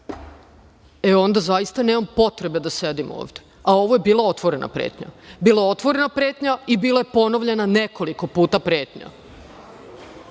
onda zaista nemam potrebe da sedim ovde, a ovo je bila otvorena pretnja. Bila otvorena pretnja i bila je ponovljena nekoliko puta pretnja,